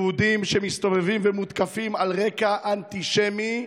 יהודים שמסתובבים ומותקפים על רקע אנטישמי,